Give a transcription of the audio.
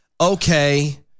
Okay